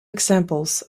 examples